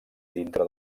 dintre